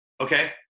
Okay